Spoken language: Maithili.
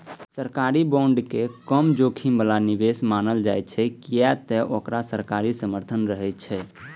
सरकारी बांड के कम जोखिम बला निवेश मानल जाइ छै, कियै ते ओकरा सरकारी समर्थन रहै छै